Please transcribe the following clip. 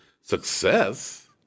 success